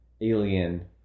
Alien